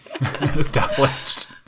established